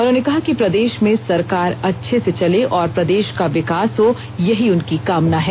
उन्होंने कहा कि प्रदेश में सरकार अच्छे से चले और प्रदेश का विकास हो यही उनकी कामना हैं